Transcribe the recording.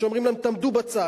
שאומרים להן: תעמדו בצד,